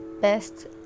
best